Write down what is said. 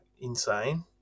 insane